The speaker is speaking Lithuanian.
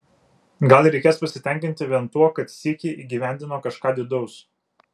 gal reikės pasitenkinti vien tuo kad sykį įgyvendino kažką didaus